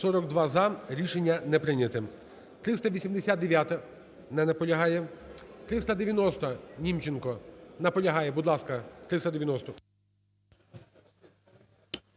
42 – за. Рішення не прийняте. 389-а. Не наполягає. 390-а, Німченко. Наполягає. Будь ласка, 390-у.